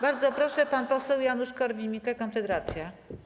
Bardzo proszę, pan poseł Janusz Korwin-Mikke, Konfederacja.